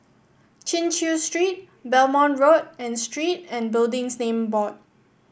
Chin Chew Street Belmont Road and Street and Buildings Name Board